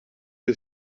you